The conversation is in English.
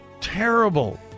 terrible